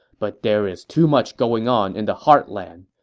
but there's too much going on in the heartland,